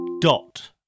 Dot